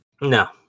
No